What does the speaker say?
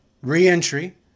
re-entry